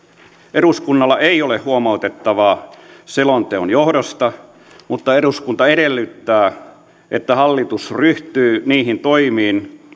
eduskunnalla ei ole huomautettavaa selonteon johdosta mutta eduskunta edellyttää että hallitus ryhtyy niihin toimiin